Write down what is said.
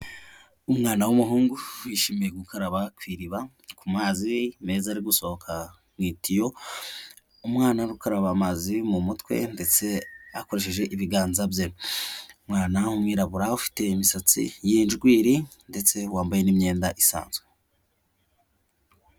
Umwana w'umuhungu wishimiye gukaraba ku iriba ku mazi meza ari gusohoka mu itiyo, umwana urigukaraba amazi mu mutwe ndetse akoresheje ibiganza bye, umwana w'umwirabura ufite imisatsi y'injwiri ndetse wambaye n'imyenda isanzwe.